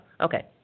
Okay